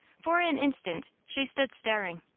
for an instant, she stood staring.